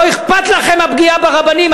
לא אכפת לכם הפגיעה ברבנים.